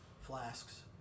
flasks